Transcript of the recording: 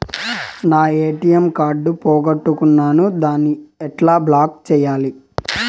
నా ATM card పోగొట్టుకున్నాను, దాన్ని ఎట్లా బ్లాక్ సేయాలి?